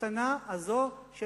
הקטנה הזאת של